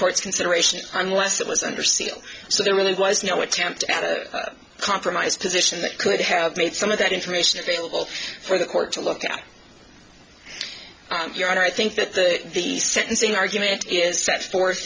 court's consideration unless it was under seal so there really was no attempt at a compromise position that could have made some of that information available for the court to look up your honor i think that the the sentencing argument is set for